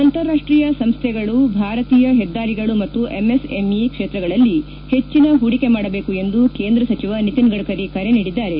ಅಂತಾರಾಷ್ಟೀಯ ಸಂಸ್ಥೆಗಳು ಭಾರತೀಯ ಪದ್ದಾರಿಗಳು ಮತ್ತು ಎಂಎಸ್ಎಂಇ ಕ್ಷೇತ್ರಗಳಲ್ಲಿ ಪೆಟ್ಟನ ಹೂಡಿಕೆ ಮಾಡಬೇಕು ಎಂದು ಕೇಂದ್ರ ಸಚಿವ ನಿತಿನ್ ಗಡ್ಕರಿ ಕರೆ ನೀಡಿದ್ದಾರೆ